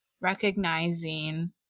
recognizing